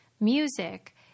music